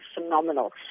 phenomenal